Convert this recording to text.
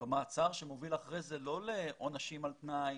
במעצר שמוביל אחר כך לא לעונשים על תנאי,